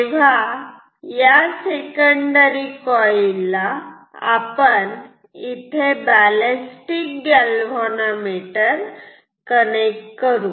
तेव्हा या secondary coil ला आपण इथे बॅलेस्टिक गॅलव्हॅनोमीटर कनेक्ट करू